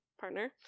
partner